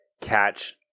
catch